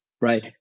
right